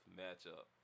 matchup